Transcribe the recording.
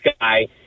guy